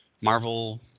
Marvel